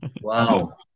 Wow